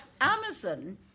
Amazon